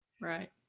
Right